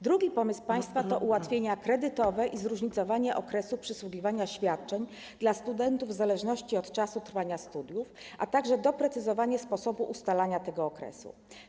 Drugi państwa pomysł to ułatwienia kredytowe i zróżnicowanie okresu przysługiwania świadczeń dla studentów w zależności od czasu trwania studiów, a także doprecyzowanie sposobu ustalania tego okresu.